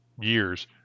years